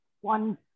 one